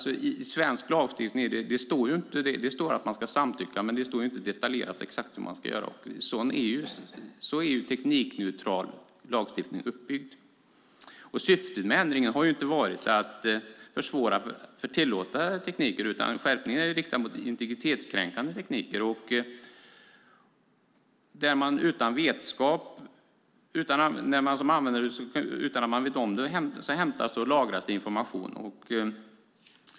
I svensk lagstiftning står det att man ska samtycka, men det står inte exakt hur man ska göra. Så är teknikneutral lagstiftning uppbyggd. Syftet med ändringen har ju inte varit att försvåra för tillåtna tekniker, utan skärpningen är riktad mot integritetskränkande tekniker där man utan användarens vetskap hämtar och lagrar information.